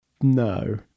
No